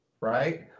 right